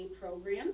program